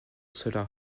cela